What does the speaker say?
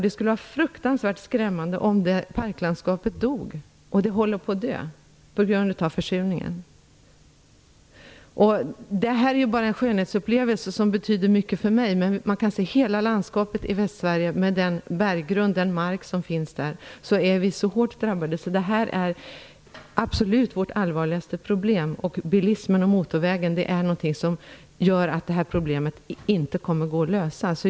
Det vore fruktansvärt om detta parklandskap dog - det håller på att dö på grund av försurningen. Det här är bara en skönhetsupplevelse som betyder mycket för mig, men hela landskapet i västra Sverige, med den berggrund som finns där, är hårt drabbat. Det här är vårt absolut allvarligaste problem. Bilismen och motorvägar är någonting som gör att problemet inte kommer att gå att lösa.